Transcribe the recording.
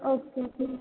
okay ठीक